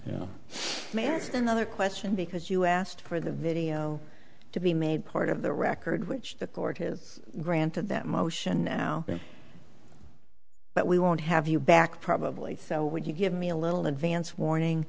another question because you asked for the video to be made part of the record which the court has granted them motion now but we won't have you back probably so would you give me a little advance warning